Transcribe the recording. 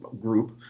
group